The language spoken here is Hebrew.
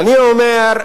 אני אומר,